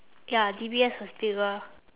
ya D_B_S was bigger